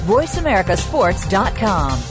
VoiceAmericaSports.com